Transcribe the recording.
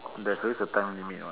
there's always a time limit what